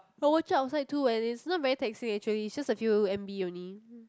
watch it outside too and it's not very taxing actually just a few m_b only